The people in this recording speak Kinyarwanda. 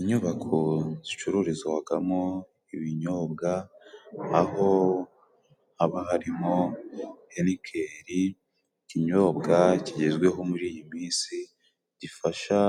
Inyubako zicururizwagamo ibinyobwa aho haba harimo Henikeri, ikinyobwa kigezweho muri iyi minsi gifasha